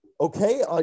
Okay